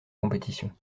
compétition